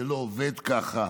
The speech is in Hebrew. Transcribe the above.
זה לא עובד ככה.